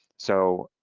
so,